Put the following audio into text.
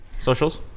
socials